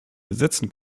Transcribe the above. ersetzen